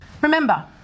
Remember